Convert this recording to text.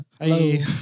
hi